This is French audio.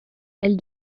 elle